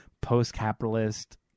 post-capitalist